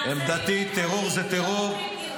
עמדתי: טרור זה טרור -- מעצרים מינהליים